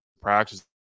practice